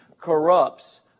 corrupts